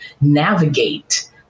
navigate